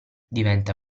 diventa